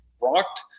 rocked